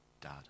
dad